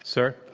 sir,